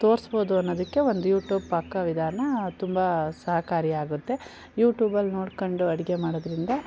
ತೋರಿಸಬೌದು ಅನ್ನೋದಕ್ಕೆ ಒಂದು YouTube ಪಾಕ ವಿಧಾನ ತುಂಬ ಸಹಕಾರಿಯಾಗುತ್ತೆ ಯುಟ್ಯೂಬಲ್ಲಿ ನೋಡ್ಕೊಂಡು ಅಡುಗೆ ಮಾಡೋದ್ರಿಂದ